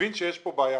הבין שיש כאן בעיה.